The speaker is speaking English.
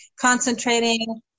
Concentrating